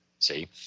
see